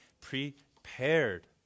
prepared